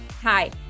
Hi